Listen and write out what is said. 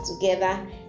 together